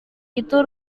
itu